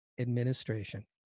administration